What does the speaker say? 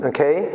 Okay